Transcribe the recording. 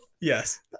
yes